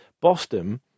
Boston